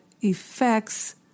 effects